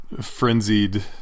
frenzied